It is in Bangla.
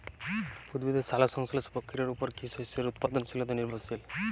উদ্ভিদের সালোক সংশ্লেষ প্রক্রিয়ার উপর কী শস্যের উৎপাদনশীলতা নির্ভরশীল?